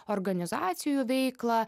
organizacijų veiklą